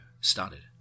started